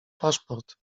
paszport